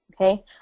Okay